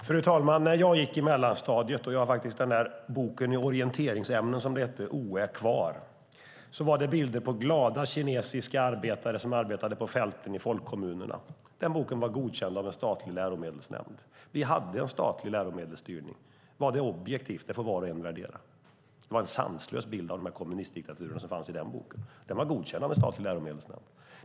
Fru talman! När jag gick i mellanstadiet hade vi en bok med bilder på glada kinesiska arbetare som arbetade på fälten i folkkommunerna, och jag har faktiskt den boken i orienteringsämnen kvar. Den boken var godkänd av en statlig läromedelsnämnd. Vi hade en statlig läromedelsstyrning. Var det objektivt? Det får var och en värdera. Det var en sanslös bild av de här kommunistdiktaturerna som fanns i den boken, och den var godkänd av en statlig läromedelsnämnd.